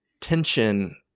tension